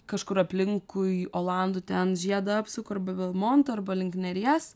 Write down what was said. kažkur aplinkui olandų ten žiedą apsuku arba belmonto arba link neries